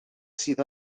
sydd